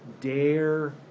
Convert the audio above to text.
dare